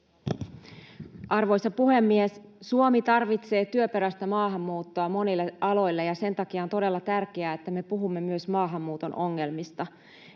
Arvoisa puhemies! Suomi tarvitsee työperäistä maahanmuuttoa monille aloille, ja sen takia on todella tärkeää, että me puhumme myös maahanmuuton ongelmista.